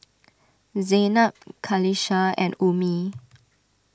Zaynab Qalisha and Ummi